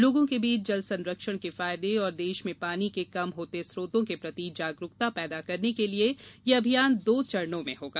लोगों के बीच जल संरक्षण के फायदे और देश में पानी के कम होते स्रोतो के प्रति जागरुकता पैदा करने के लिए ये अभियान दो चरणों में होगा